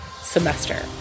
semester